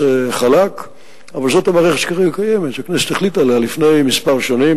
אני לא התרשמתי מהתשובה שנתתי ששום דבר